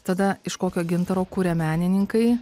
tada iš kokio gintaro kuria menininkai